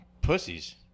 Pussies